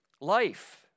life